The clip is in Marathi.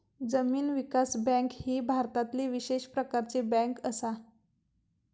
जमीन विकास बँक ही भारतातली विशेष प्रकारची बँक असा